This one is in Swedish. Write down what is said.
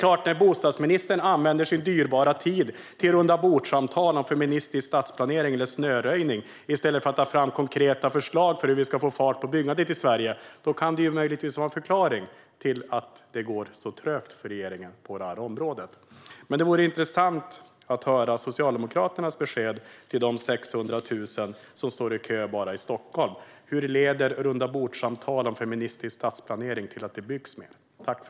Att bostadsministern använder sin dyrbara tid till rundabordssamtal om feministisk stadsplanering eller snöröjning i stället för att ta fram konkreta förslag på hur vi ska få fart på byggandet i Sverige kan möjligtvis vara en förklaring till att det går så trögt för regeringen på detta område. Men det vore intressant att höra Socialdemokraternas besked till de 600 000 som står i kö bara i Stockholm. Hur leder rundabordssamtal om feministisk stadsplanering till att det byggs mer?